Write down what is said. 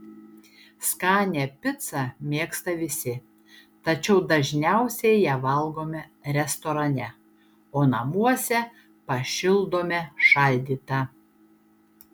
skanią picą mėgsta visi tačiau dažniausiai ją valgome restorane o namuose pašildome šaldytą